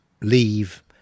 leave